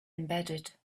embedded